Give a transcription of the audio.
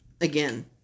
again